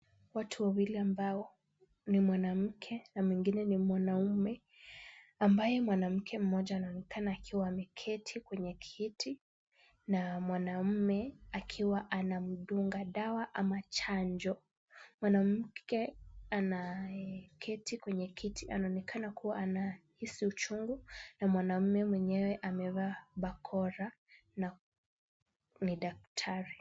Watu wawili ambao ni mwanamke na mwingine ni mwanaume ambaye mwanamke mmoja anaonekana akiwa ameketi kwenye kiti na mwanaume akiwa anamdunga dawa ama chanjo. Mwanamke anayeketi kwenye kiti anaonekana kuwa anahisi uchungu na mwanaume mwenyewe amevaa bakora na ni daktari.